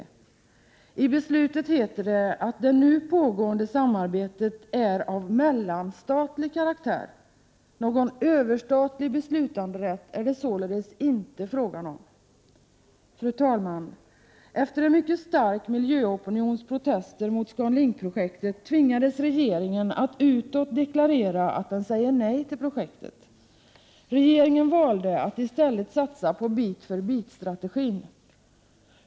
I det beslut som fattades sägs det att det nu pågående samarbetet är av mellanstatlig karaktär. Någon överstatlig beslutanderätt är det således inte fråga om. Fru talman! Efter en mycket stark miljöopinions protester mot ScanLinkprojektet tvingades regeringen att utåt deklarera att den säger nej till projektet. Regeringen valde att i stället satsa på bit-för-bit-strategin.